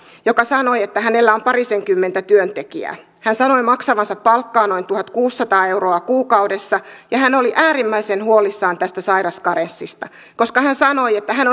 joka sanoi että hänellä on parisenkymmentä työntekijää hän sanoi maksavansa palkkaa noin tuhatkuusisataa euroa kuukaudessa ja hän oli äärimmäisen huolissaan tästä sairauskarenssista koska hän sanoi että hän